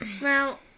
Now